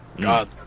god